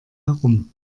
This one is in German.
herum